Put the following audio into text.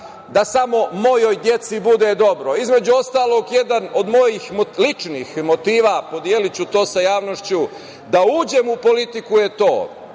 da samo mojoj deci bude dobro. Između ostalog, jedan od mojih ličnih motiva, podeliću to sa javnošću, da uđem u politiku je to.